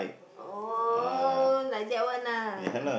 oh like that one ah